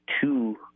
two